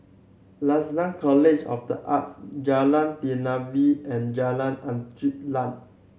Lasalle College of The Arts Jalan Telawi and Jalan Angin Laut